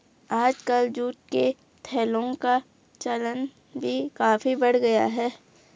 आजकल जूट के थैलों का चलन भी काफी बढ़ गया है